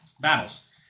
battles